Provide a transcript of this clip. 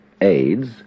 aids